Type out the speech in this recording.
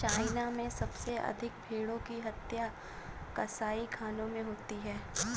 China में सबसे अधिक भेंड़ों की हत्या कसाईखानों में होती है